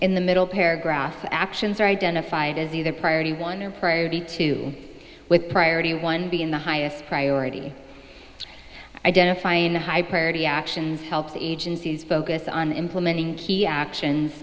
in the middle paragraph actions are identified as either priority one or priority two with priority one being the highest priority identifying the high priority actions helps the agencies focus on implementing key actions